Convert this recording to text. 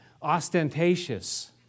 ostentatious